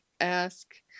ask